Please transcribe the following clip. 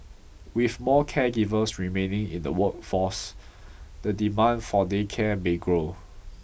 with more caregivers remaining in the workforce the demand for day care may grow